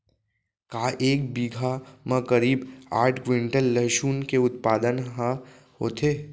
का एक बीघा म करीब आठ क्विंटल लहसुन के उत्पादन ह होथे?